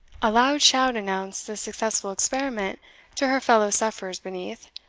a loud shout announced the successful experiment to her fellow-sufferers beneath,